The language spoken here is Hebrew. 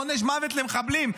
עונש מוות למחבלים.